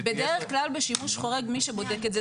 בדרך כלל בשימוש חורג מי שבודק את זה,